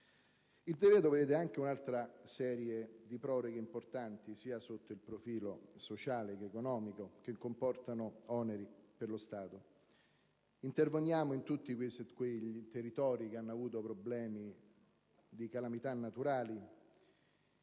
prevede anche un'altra serie di proroghe importanti sotto il profilo sia sociale che economico che comportano oneri per lo Stato. Interveniamo in tutti quei territori che hanno avuto problemi di calamità naturali